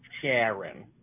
Sharon